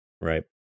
right